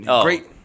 Great